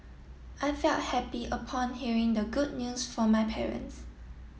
I felt happy upon hearing the good news from my parents